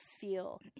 feel